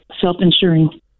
self-insuring